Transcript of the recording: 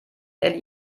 elli